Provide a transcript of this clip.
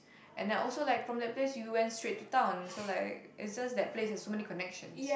and I also like from that place you went straight to town so like is just that place has so many connections